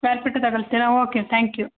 square ಫೀಟೇ ತಗಳ್ತೀರಾ okay thank you